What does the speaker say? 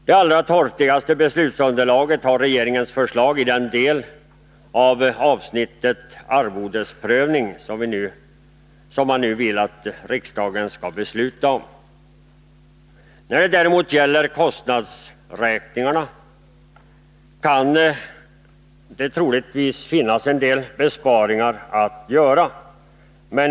Det allra torftigaste beslutsunderlaget har regeringens förslag i den del av avsnittet om arvodesprövning som man nu vill att riksdagen skall besluta om. När det däremot gäller kostnadsräkningar kan troligtvis en del besparingar åstadkommas.